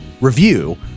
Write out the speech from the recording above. review